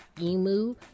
emu